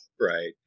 right